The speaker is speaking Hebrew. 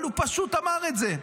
אבל הוא פשוט אמר את זה.